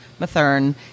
mathern